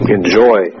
enjoy